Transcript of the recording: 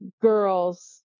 girls